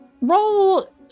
Roll